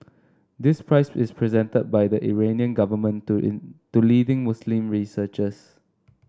this prize is presented by the Iranian government to in to leading Muslim researchers